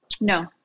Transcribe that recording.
No